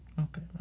Okay